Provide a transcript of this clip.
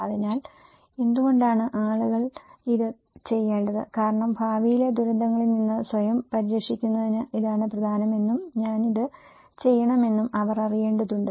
അതിനാൽ എന്തുകൊണ്ടാണ് ആളുകൾ ഇത് ചെയ്യേണ്ടത് കാരണം ഭാവിയിലെ ദുരന്തങ്ങളിൽ നിന്ന് സ്വയം പരിരക്ഷിക്കുന്നതിന് ഇതാണ് പ്രധാനമെന്നും ഞാൻ ഇത് ചെയ്യണമെന്നും അവർ അറിയേണ്ടതുണ്ട്